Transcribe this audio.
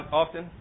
often